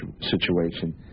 situation